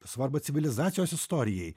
svarbą civilizacijos istorijai